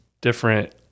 different